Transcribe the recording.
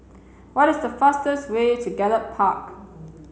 what is the fastest way to Gallop Park